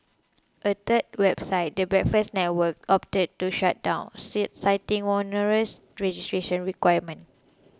but a third website the Breakfast Network opted to shut down citing onerous registration requirements